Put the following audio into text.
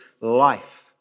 life